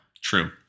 True